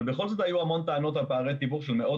אבל בכל זאת היו המון טענות על פערי תיווך של מאות